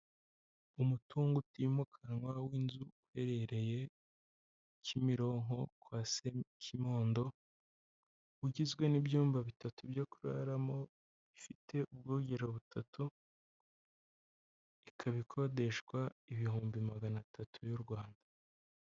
Umutungo utimukanwa w'inzu, uherereye Kimironko kwa Sekimodo, ugizwe n'ibyumba bitatu byo kuraramo, bifite ubwogero butatu, ikaba ikodeshwa ibihumbi magana atatu y'u Rwanda.